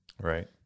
Right